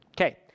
Okay